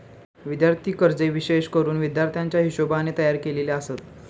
विद्यार्थी कर्जे विशेष करून विद्यार्थ्याच्या हिशोबाने तयार केलेली आसत